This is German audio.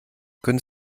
können